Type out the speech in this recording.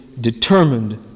determined